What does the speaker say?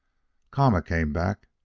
kama came back,